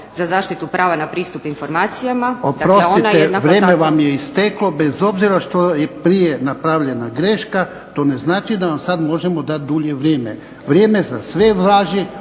za zaštitu prava na pristup informacijama. **Jarnjak, Ivan (HDZ)** Oprostite vrijeme vam je isteklo, bez obzira što je prije napravljena greška. To ne znači da vam sada možemo dati dulje vrijeme. Vrijeme za sve važi,